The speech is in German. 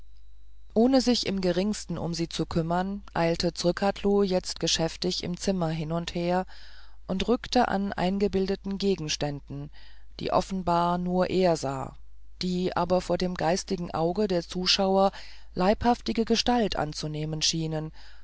ohne sich im geringsten um sie zu kümmern eilte zrcadlo jetzt geschäftig im zimmer hin und her und rückte an eingebildeten gegenständen die offenbar nur er sah die aber vor dem geistigen auge der zuschauer leibhaftige gestalt anzunehmen schienen